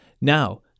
Now